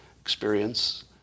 experience